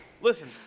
listen